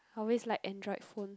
I always like Android phones